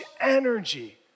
energy